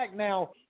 Now